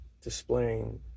displaying